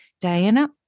Diana